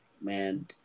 Man